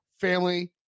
family